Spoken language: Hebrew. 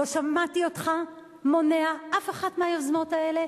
לא שמעתי אותך מונע אף אחת מהיוזמות האלה.